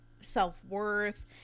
self-worth